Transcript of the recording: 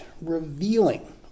revealing